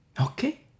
Okay